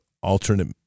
alternate